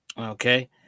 Okay